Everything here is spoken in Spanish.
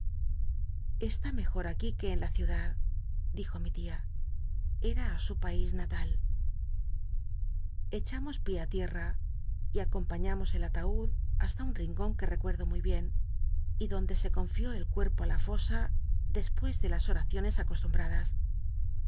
i mejor aqui que en la ciudad dijo mi tia era su pais natal echamos pié á tierra y acompañamos el ataud hasta un rincon que recuerdo muy bien y donde se confió el cuerpo á la fosa despues de las oraciones acostumbradas